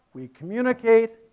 we communicate,